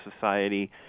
society